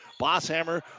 Bosshammer